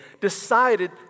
decided